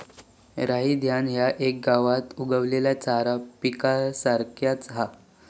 राई धान्य ह्या एक गवत उगवलेल्या चारा पिकासारख्याच हा